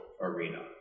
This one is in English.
arena